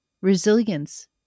resilience